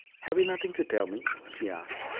have you nothing to tell me? she asked.